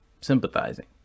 sympathizing